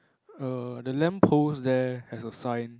err the lamp post there has a sign